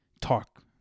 talk